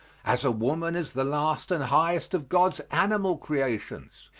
as a woman is the last and highest of god's animal creations.